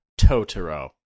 Totoro